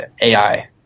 AI